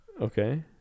Okay